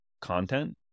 content